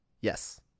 Yes